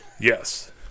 yes